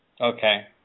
Okay